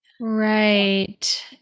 Right